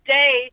day